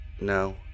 No